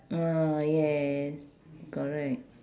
ah yes correct